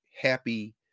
happy